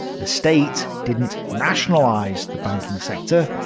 the state didn't nationalize the banking sector,